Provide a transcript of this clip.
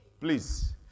please